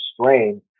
strain